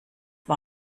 war